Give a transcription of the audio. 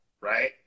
right